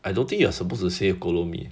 I don't think you are supposed to say kolo mee